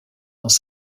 dans